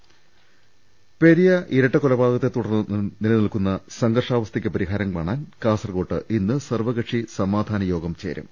ൾ ൽ ൾ പെരിയ ഇരട്ട കൊലപാതകത്തെ തുടർന്ന് നില നിൽക്കുന്ന സംഘർഷാവസ്ഥക്ക് പരിഹാരം കാണാൻ കാസർകോട്ട് ഇന്ന് സർവ കക്ഷി സമാധാന യോഗം ചേരും